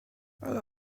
ale